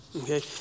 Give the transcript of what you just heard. okay